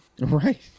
Right